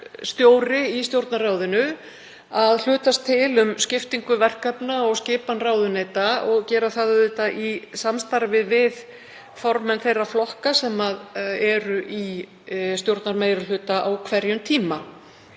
verkstjóra í Stjórnarráðinu að hlutast til um skiptingu verkefna og skipan ráðuneyta og gera það auðvitað í samstarfi við formenn þeirra flokka sem eru í stjórnarmeirihluta á hverjum tíma.